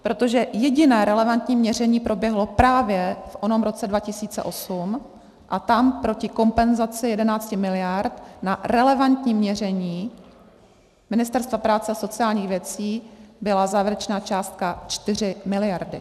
Protože jediné relevantní měření proběhlo právě v onom roce 2008 a tam proti kompenzaci 11 mld. na relevantní měření Ministerstva práce a sociálních věcí byla závěrečná částka 4 mld.